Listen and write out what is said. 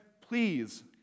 please